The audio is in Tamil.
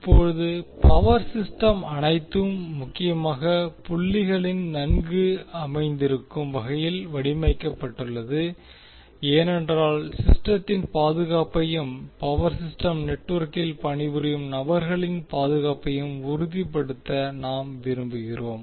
இப்போது பவர் சிஸ்டம் அனைத்து முக்கியமான புள்ளிகளிலும் நன்கு அமைந்திருக்கும் வகையில் வடிவமைக்கப்பட்டுள்ளது ஏனென்றால் சிஸ்டத்தின் பாதுகாப்பையும் பவர் சிஸ்டம் நெட்வொர்க்கில் பணிபுரியும் நபர்களின் பாதுகாப்பையும் உறுதிப்படுத்த நாம் விரும்புகிறோம்